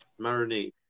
marinade